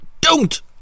don't